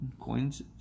coins